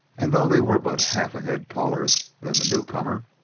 and though they were but half a head taller than the newcomer,